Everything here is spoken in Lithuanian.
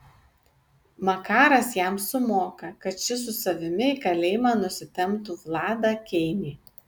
makaras jam sumoka kad šis su savimi į kalėjimą nusitemptų vladą keinį